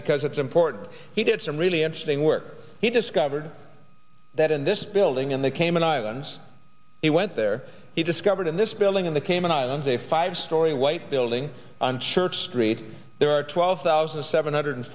because it's important he did some really interesting work he discovered that in this building in the cayman islands he went there he discovered in this building in the cayman islands a five story white building on church street there are twelve thousand seven hundred